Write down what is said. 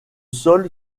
sol